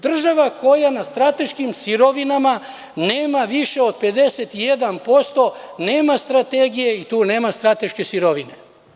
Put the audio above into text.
Država koja na strateškim sirovinama nema više od 51%, nema strategije i tu nema strateške sirovine.